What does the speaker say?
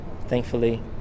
thankfully